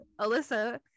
Alyssa